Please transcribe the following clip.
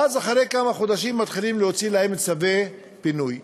ואז אחרי כמה חודשים מתחילים להוציא להם צווי פינוי.